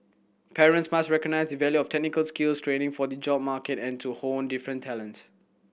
parents must recognise the value of technical skills training for the job market and to hone different talents